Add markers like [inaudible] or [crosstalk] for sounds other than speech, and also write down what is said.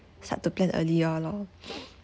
start to plan earlier loh [breath]